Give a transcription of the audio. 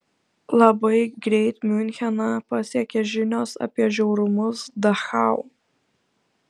labai greit miuncheną pasiekė žinios apie žiaurumus dachau